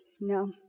no